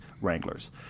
Wranglers